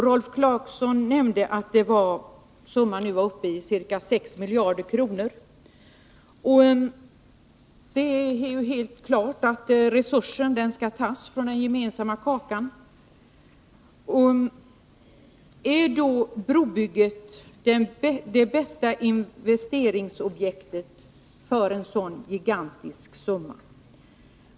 Rolf Clarkson nämnde att summan nu är uppe i ca 6 miljarder kronor. Det är helt klart att resursen skall tas från den gemensamma kakan. Är då brobygget det bästa investeringsobjektet för en sådan gigantisk summa?